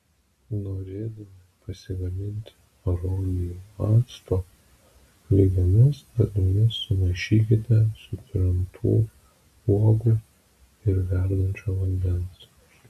norėdami pasigaminti aronijų acto lygiomis dalimis sumaišykite sutrintų uogų ir verdančio vandens